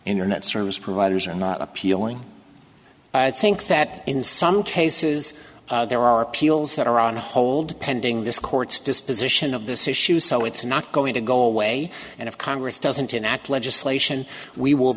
internet service providers are not appealing i think that in some cases there are appeals that are on hold pending this court's disposition of this issue so it's not going to go away and if congress doesn't enact legislation we will